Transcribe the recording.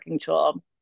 tool